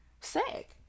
sick